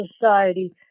society